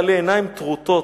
בעלי עיניים טרוטות,